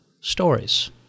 stories